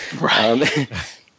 Right